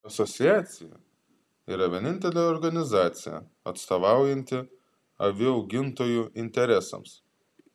asociacija yra vienintelė organizacija atstovaujanti avių augintojų interesams